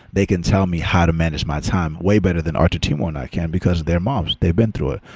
they can tell me how to manage my time way better than artur, timur and i can, because they're moms. they've been through it.